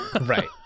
right